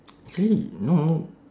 actually no no